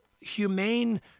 humane